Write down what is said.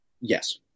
Yes